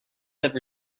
ever